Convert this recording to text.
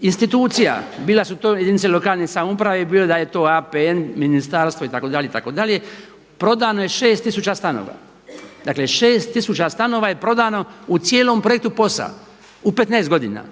institucija, bile su to jedinice lokalne samouprave, bilo da je to APN, ministarstvo itd., itd. prodano je šest tisuća stanova. Dakle šest tisuća stanova je prodano u cijelom projektu POS-a u 15 godina.